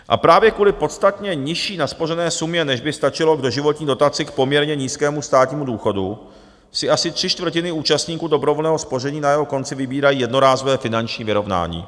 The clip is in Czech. A právě kvůli podstatně nižší naspořené sumě, než by stačilo k doživotní dotaci k poměrně nízkému státnímu důchodu, si asi tři čtvrtiny účastníků dobrovolného spoření na jeho konci vybírají jednorázové finanční vyrovnání.